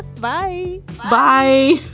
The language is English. bye bye